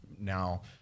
now